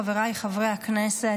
חבריי חברי הכנסת,